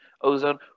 Ozone